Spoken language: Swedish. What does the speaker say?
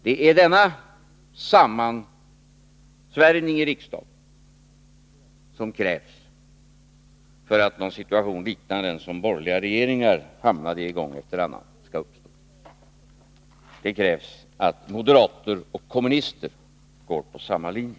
Det är denna sammansvärjning i riksdagen som krävs för att en situation liknande den som borgerliga regeringar hamnade i gång efter annan skall uppstå. Det krävs att moderater och kommunister går på samma linje.